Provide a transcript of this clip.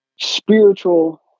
spiritual